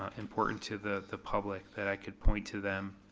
um important to the the public that i could point to them,